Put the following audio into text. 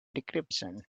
decryption